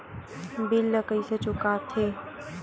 bill ला कइसे चुका थे